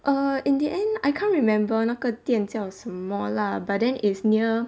err in the end I can't remember 那个店叫什么 lah but then it's near